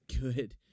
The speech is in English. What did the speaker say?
good